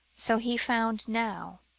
so he found now,